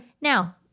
now